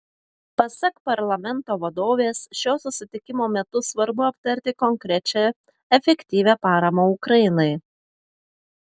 pasak parlamento vadovės šio susitikimo metu svarbu aptarti konkrečią efektyvią paramą ukrainai